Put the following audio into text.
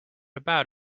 about